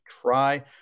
try